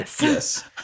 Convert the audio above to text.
yes